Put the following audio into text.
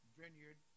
vineyard